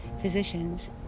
physicians